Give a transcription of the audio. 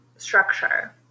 structure